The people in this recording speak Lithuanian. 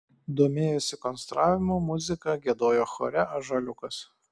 domėjosi konstravimu muzika giedojo chore ąžuoliukas